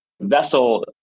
Vessel